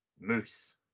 Moose